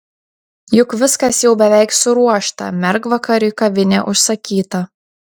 juk viskas jau beveik suruošta mergvakariui kavinė užsakyta